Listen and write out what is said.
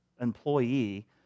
employee